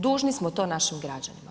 Dužni smo to našim građanima.